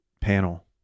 panel